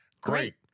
Great